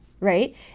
right